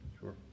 Sure